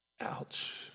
Ouch